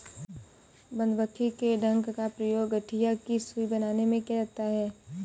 मधुमक्खी के डंक का प्रयोग गठिया की सुई बनाने में किया जाता है